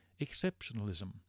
exceptionalism